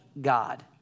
God